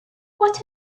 what